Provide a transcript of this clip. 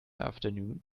afternoon